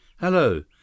Hello